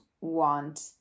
want